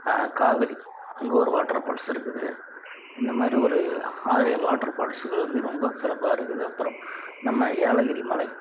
காதரி அங்கே ஒரு வாட்டர்ஃபால்ஸ் இருக்குது இந்தமாதிரி ஒரு ஆரேழு வாட்டர்ஃபால்ஸ்கள் வந்து ரொம்ப சிறப்பாக இருக்குது அப்புறம் நம்ம ஏலகிரி மலை